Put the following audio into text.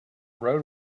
road